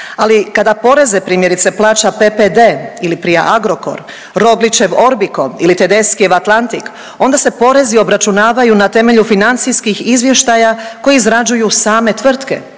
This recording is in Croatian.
Ali kada poreze primjerice plaća PPD ili prije Agrokor, Roglićev Orbico ili Tedeschiev Atlantic onda se porezi obračunavaju na temelju financijskih izvještaja koji izrađuju same tvrtke